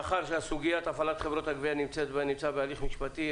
מאחר שסוגיית הפעלת חברות הגבייה נמצאת בעיצומו של הליך משפטי,